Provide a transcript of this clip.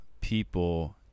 people